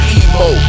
emo